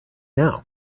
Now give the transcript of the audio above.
now